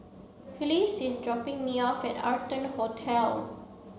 Phylis is dropping me off at Arton Hotel